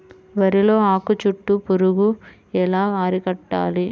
వరిలో ఆకు చుట్టూ పురుగు ఎలా అరికట్టాలి?